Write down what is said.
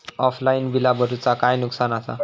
Offline बिला भरूचा काय नुकसान आसा?